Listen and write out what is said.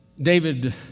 David